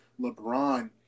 LeBron